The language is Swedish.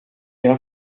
jag